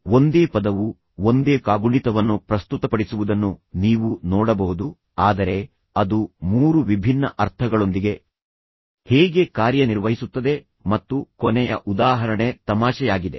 ಒಂದೇ ಪದವು ಒಂದೇ ಕಾಗುಣಿತವನ್ನು ಪ್ರಸ್ತುತಪಡಿಸುವುದನ್ನು ನೀವು ನೋಡಬಹುದು ಆದರೆ ಅದು ಮೂರು ವಿಭಿನ್ನ ಅರ್ಥಗಳೊಂದಿಗೆ ಹೇಗೆ ಕಾರ್ಯನಿರ್ವಹಿಸುತ್ತದೆ ಮತ್ತು ಕೊನೆಯ ಉದಾಹರಣೆ ತಮಾಷೆಯಾಗಿದೆ